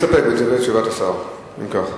אדוני מסתפק בתשובת השר, אם כך.